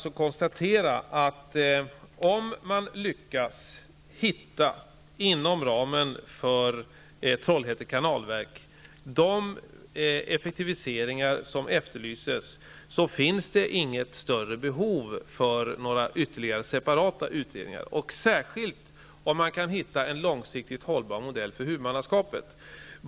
Låt mig konstatera, att om man inom ramen för Trollhätte kanalverk lyckas hitta de effektiviseringar som efterlyses, finns det inget större behov av några ytterligare separata utredningar. Detta gäller särskilt om man kan hitta en långsiktigt hållbar modell för huvudmannaskapet.